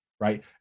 Right